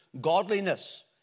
godliness